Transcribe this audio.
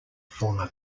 former